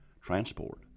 transport